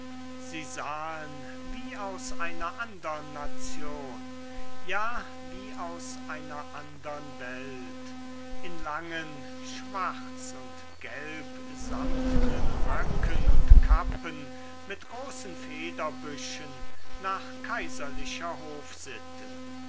sie sahen wie aus einer andern nation ja wie aus einer andern welt in langen schwarz und gelbsamtnen röcken und kappen mit großen federbüschen nach kaiserlicher hofsitte